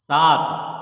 सात